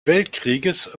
weltkrieges